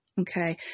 okay